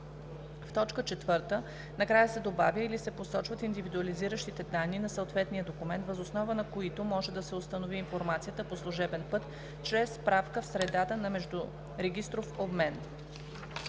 път“; б) в т. 4 накрая се добавя „или се посочват индивидуализиращите данни на съответния документ, въз основа на които може да се установи информацията по служебен път чрез справка в средата за междурегистров обмен“.